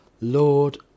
Lord